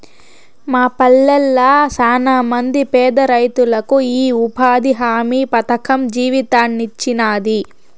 మా పల్లెళ్ళ శానమంది పేదరైతులకు ఈ ఉపాధి హామీ పథకం జీవితాన్నిచ్చినాది